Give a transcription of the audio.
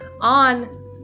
on